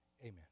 Amen